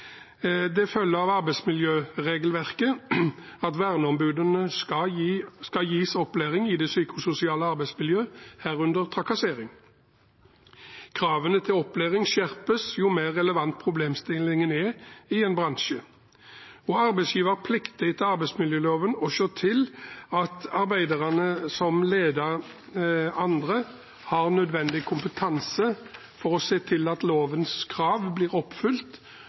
Det følger av arbeidsmiljøregelverket at verneombudene skal gis opplæring i det psykososiale arbeidsmiljøet, herunder trakassering. Kravene til opplæring skjerpes jo mer relevant problemstillingen er i en bransje. Arbeidsgiver plikter etter arbeidsmiljøloven å se til at arbeidere som leder andre, har nødvendig kompetanse til å se til at lovens krav blir oppfylt,